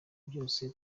byose